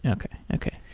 okay. okay.